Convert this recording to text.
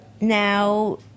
now